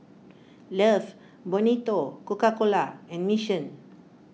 Love Bonito Coca Cola and Mission